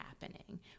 happening